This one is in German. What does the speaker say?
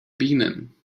bienen